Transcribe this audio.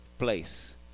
place